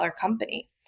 company